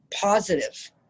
positive